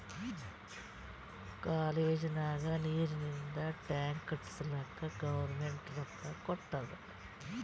college ನಾಗ್ ನೀರಿಂದ್ tank ಕಟ್ಟುಸ್ಲಕ್ ಗೌರ್ಮೆಂಟ್ ರೊಕ್ಕಾ ಕೊಟ್ಟಾದ್